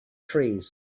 trees